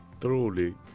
truly